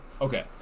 Okay